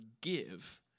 give